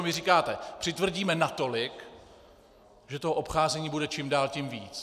Vy říkáte přitvrdíme natolik, že toho obcházení bude čím dál tím víc.